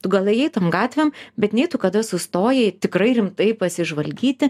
tu gal ėjai tom gatvėm bet nei tu kada sustojai tikrai rimtai pasižvalgyti